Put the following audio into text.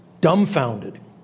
dumbfounded